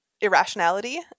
irrationality